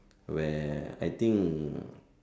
where I think